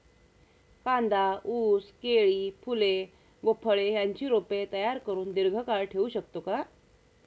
कांदा, ऊस, केळी, फूले व फळे यांची रोपे तयार करुन दिर्घकाळ ठेवू शकतो का?